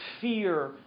fear